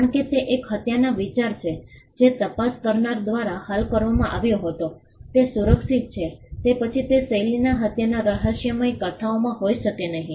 કારણ કે તે એક હત્યાનો વિચાર છે જે તપાસ કરનાર દ્વારા હલ કરવામાં આવ્યો હતો તે સુરક્ષિત છે તે પછી તે શૈલીમાં હત્યાના રહસ્યમય નવલકથાઓ હોઈ શકે નહીં